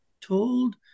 told